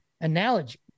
analogy